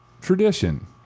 tradition